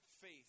faith